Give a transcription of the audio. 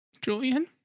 Julian